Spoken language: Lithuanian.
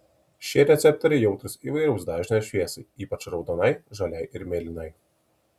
šie receptoriai jautrūs įvairaus dažnio šviesai ypač raudonai žaliai ir mėlynai